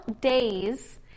days